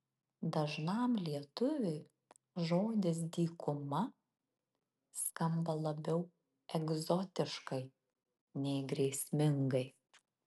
dažnam lietuviui žodis dykuma skamba labiau egzotiškai nei grėsmingai